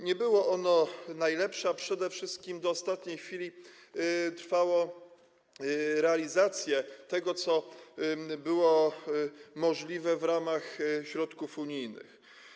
Nie było ono najlepsze, a przede wszystkim do ostatniej chwili trwały realizacje tego, co było możliwe w ramach środków unijnych.